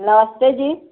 नमस्ते जी